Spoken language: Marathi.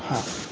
हां